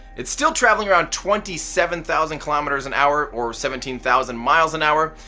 it's still traveling around twenty seven thousand kilometers an hour or seventeen thousand miles an hour,